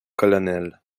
colonel